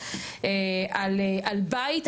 על בית,